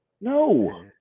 No